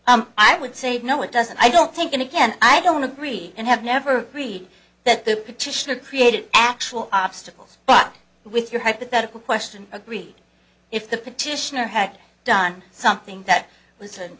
or i would say no it doesn't i don't think and again i don't agree and have never agreed that the petitioner created actual obstacles but with your hypothetical question agreed if the petitioner had done something that was an